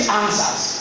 answers